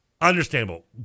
Understandable